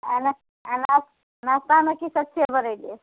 आ नस नस नस्तामे की सब छियै बनयले